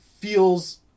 feels